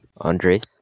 Andres